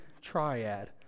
triad